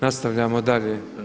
Nastavljamo dalje.